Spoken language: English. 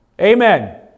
Amen